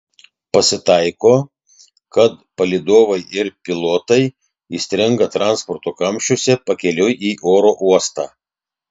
pasitaiko kad palydovai ir pilotai įstringa transporto kamščiuose pakeliui į oro uostą